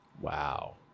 Wow